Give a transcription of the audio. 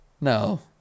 No